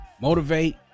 motivate